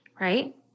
right